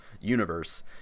universe